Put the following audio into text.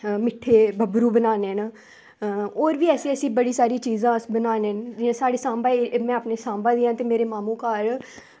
मिट्ठे बब्बरू बनाने न होर बी अस बड़ी सारी ऐसी ऐसी अस चीज़ां बनाने न ते में सांबा दी आं ते मेरे मामू घर